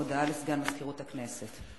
הודעה לסגן מזכירת הכנסת.